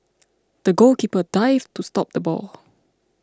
the goalkeeper dived to stop the ball